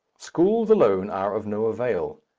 schools alone are of no avail,